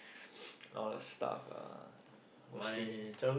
all that stuff ah mostly